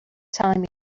telling